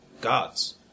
gods